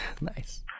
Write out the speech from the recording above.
Nice